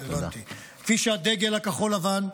כפי שהדגל הכחול-לבן,